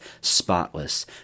spotless